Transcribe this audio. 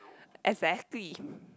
exactly